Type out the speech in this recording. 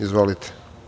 Izvolite.